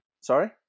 sorry